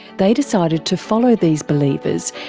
they decided to follow these believers,